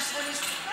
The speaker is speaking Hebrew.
את צודקת,